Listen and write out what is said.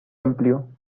amplio